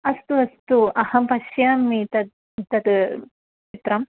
अस्तु अस्तु अहं पश्यामि तत् तत् चित्रं